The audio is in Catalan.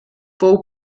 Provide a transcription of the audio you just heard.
fou